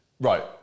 right